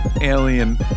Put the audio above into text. alien